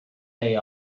day